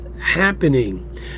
happening